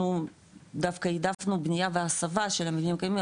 אנחנו דווקא העדפנו בנייה והסבה של המבניים הקיימים,